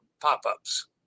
pop-ups